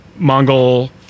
mongol